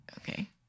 Okay